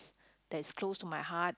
that is close to my heart